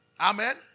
Amen